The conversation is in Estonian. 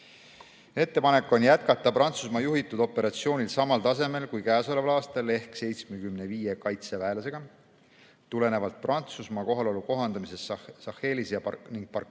Ettepanek on jätkata Prantsusmaa juhitud operatsioonil samal tasemel kui käesoleval aastal ehk 75 kaitseväelasega. Tulenevalt Prantsusmaa kohalolu kohandamisest Sahelis ning